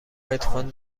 هدفون